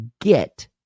get